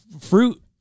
Fruit